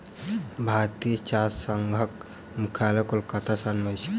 भारतीय चाह संघक मुख्यालय कोलकाता शहर में अछि